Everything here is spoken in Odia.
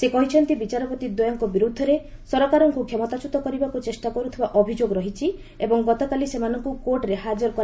ସେ କହିଛନ୍ତି ବିଚାରପତି ଦ୍ୱୟଙ୍କ ବିରୁଦ୍ଧରେ ସରକାରଙ୍କୁ କ୍ଷମତାଚ୍ୟୁତ କରିବାକୁ ଚେଷ୍ଟା କରୁଥିବା ଅଭିଯୋଗ ରହିଛି ଏବଂ ଗତକାଲି ସେମାନଙ୍କୁ କୋର୍ଟରେ ହାଜର କରାଯାଇଥିଲା